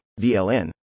VLN